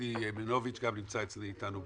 דודי מנביץ גם נמצא איתנו.